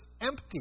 empty